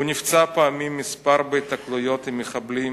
הוא נפצע פעמיים בהיתקלויות עם מחבלים,